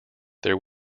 there